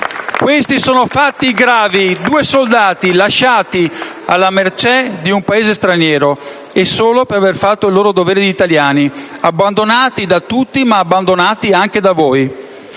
Questi sono fatti gravi: due soldati lasciati alla mercé di un Paese straniero e solo per aver fatto il loro dovere di italiani, abbandonati da tutti, anche da voi!